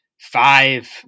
five